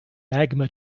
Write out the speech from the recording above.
magma